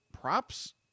props